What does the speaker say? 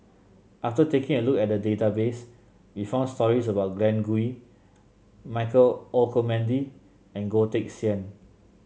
after taking a look at the database we found stories about Glen Goei Michael Olcomendy and Goh Teck Sian